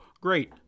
great